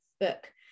book